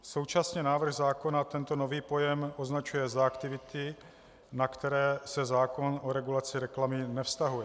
Současně návrh zákona tento nový pojem označuje za aktivity, na které se zákon o regulaci reklamy nevztahuje.